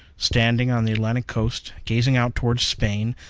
standing on the atlantic coast, gazing out toward spain,